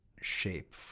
shape